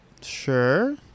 Sure